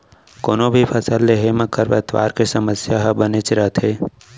कोनों भी फसल लेहे म खरपतवार के समस्या ह बनेच रथे